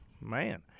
man